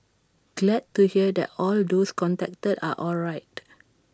glad to hear that all those contacted are alright